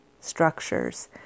structures